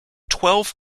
twelve